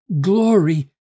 glory